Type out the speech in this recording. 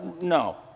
No